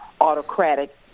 autocratic